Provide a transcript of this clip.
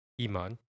Iman